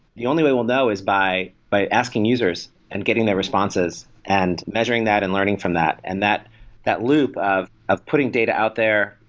the only way we'll know is by by asking users and getting their responses and measuring that and learning from that. and that that loop of of putting data out there,